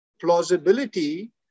plausibility